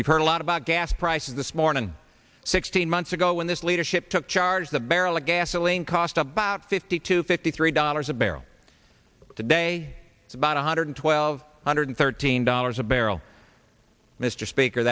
you heard a lot about gas prices this morning sixteen months ago when this leadership took charge the barrel of gasoline cost about fifty two fifty three dollars a barrel today it's about one hundred twelve hundred thirteen dollars a barrel mr speaker